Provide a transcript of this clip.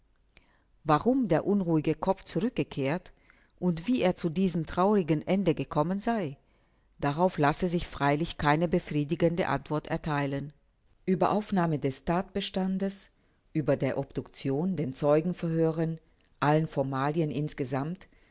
warum der unruhige kopf zurückgekehrt und wie er zu diesem traurigen ende gekommen sei darauf lasse sich freilich keine befriedigende antwort ertheilen ueber aufnahme des thatbestandes über der obduction den zeugenverhören allen formalien insgesammt